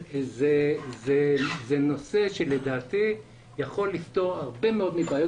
זה נושא שלדעתי יכול לפתור הרבה מאוד מבעיות